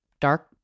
dark